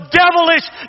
devilish